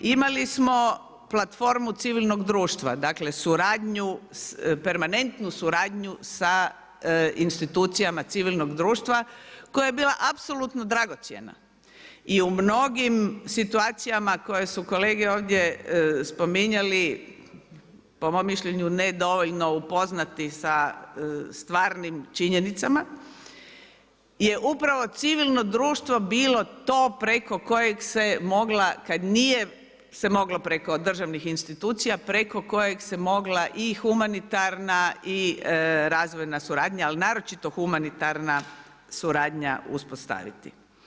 Imali smo platformu civilnoga društva, dakle permanentnu suradnju sa institucijama civilnoga društva koja je bila apsolutno dragocjena i u mnogim situacijama koje su kolege ovdje spominjali, po mom mišljenju, ne dovoljno upoznati sa stvarnim činjenicama je upravo civilno društvo bilo to preko kojeg se mogla kad nije se moglo preko državnih institucija, preko kojeg se mogla i humanitarna i razvoja suradnja, ali naročito humanitarna suradnja uspostaviti.